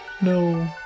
No